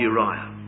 Uriah